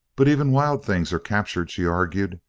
but even wild things are captured, she argued.